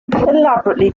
elaborately